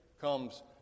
comes